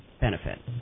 benefit